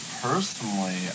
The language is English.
personally